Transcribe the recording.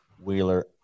Wheeler